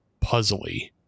puzzly